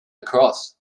across